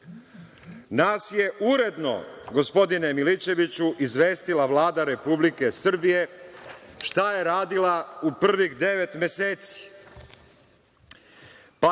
je uredno, gospodine Miličeviću, izvestila Vlada Republike Srbije šta je radila u prvih devet meseci.